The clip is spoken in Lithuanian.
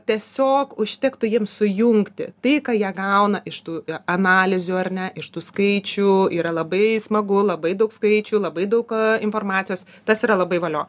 tiesiog užtektų jiems sujungti tai ką jie gauna iš tų analizių ar ne iš tų skaičių yra labai smagu labai daug skaičių labai daug informacijos tas yra labai valio